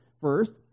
First